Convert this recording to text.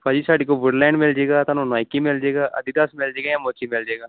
ਭਾਅ ਜੀ ਸਾਡੇ ਕੋਲ ਵੁੱਡਲੈਂਡ ਮਿਲ ਜਾਏਗਾ ਤੁਹਾਨੂੰ ਨਾਈਕੀ ਮਿਲ ਜਾਏਗਾ ਐਡੀਡਾਸ ਮਿਲ ਜਾਏਗਾ ਜਾਂ ਮੋਚੀ ਮਿਲ ਜਾਏਗਾ